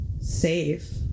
safe